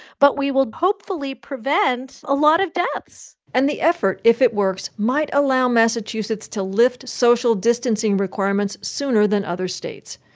but we will hopefully prevent a lot of deaths and the effort, if it works, might allow massachusetts to lift social distancing requirements sooner than other states.